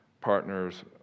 partners